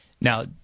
Now